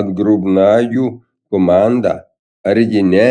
atgrubnagių komandą argi ne